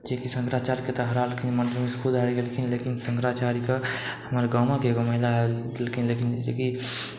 जेकि शंकराचार्यके तऽ हरा देलखिन मंडन मिश्र खुद हारि गेलखिन लेकिन शंकराचार्य कऽ हमर गामक एगो महिला जेकि